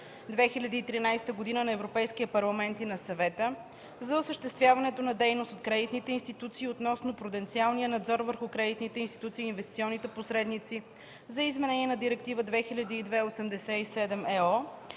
2013 г. на Европейския парламент и на Съвета за осъществяването на дейност от кредитните институции и относно пруденциалния надзор върху кредитните институции и инвестиционните посредници за изменение на Директива 2002/87/ЕО